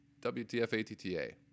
WTFATTA